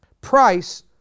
Price